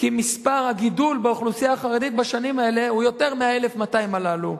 כי הגידול באוכלוסייה החרדית בשנים האלה הוא יותר מה-1,200 הללו.